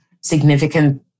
significant